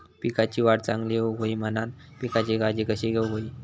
पिकाची वाढ चांगली होऊक होई म्हणान पिकाची काळजी कशी घेऊक होई?